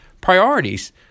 priorities